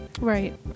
Right